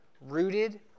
rooted